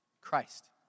Christ